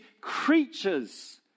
creatures